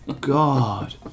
God